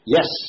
Yes